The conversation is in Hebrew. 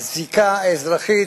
הזיקה האזרחית,